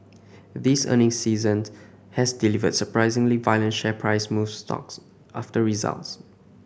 this earnings season has delivered surprisingly violent share price moves stocks after results